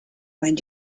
lend